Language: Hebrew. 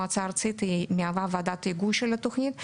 מועצה ארצית שמהווה ועדת היגוי לתוכנית.